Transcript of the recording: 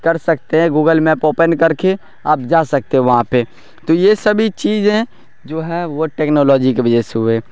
کر سکتے ہیں گوگل میپ اوپین کر کے آپ جا سکتے ہو وہاں پہ تو یہ سبھی چیزیں جو ہیں وہ ٹیکنالوجی کے وجہ سے ہوئے